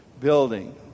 building